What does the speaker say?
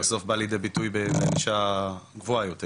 ובסוף בא לידי ביטוי בענישה גבוהה יותר